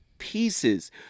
Pieces